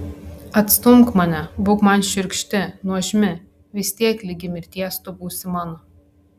atstumk mane būk man šiurkšti nuožmi vis tiek ligi mirties tu būsi mano